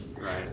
Right